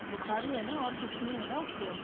बुख़ार ही है ना और कुछ नहीं है ना उसको